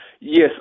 Yes